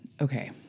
Okay